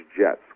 jets